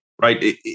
right